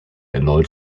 erneut